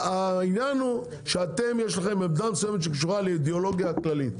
העניין הוא שאתם יש לכם עמדה מסוימת שקשורה לאידיאולוגיה כללית,